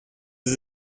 sie